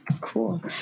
Cool